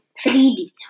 3D